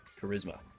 charisma